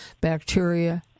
bacteria